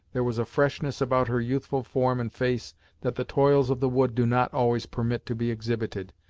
there was a freshness about her youthful form and face that the toils of the wood do not always permit to be exhibited,